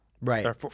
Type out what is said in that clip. Right